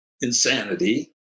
insanity